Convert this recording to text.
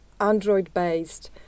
Android-based